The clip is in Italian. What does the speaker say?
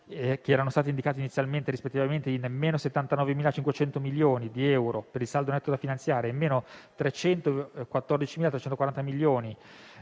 - erano stati indicati inizialmente, rispettivamente, in -79.500 milioni di euro per il saldo netto da finanziare e in -314.340 milioni